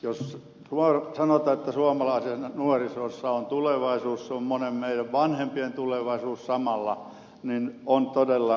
jos sanotaan että suomalaisessa nuorisossa on tulevaisuus se on monen meidän vanhempien tulevaisuus samalla niin on todella syytä huoleen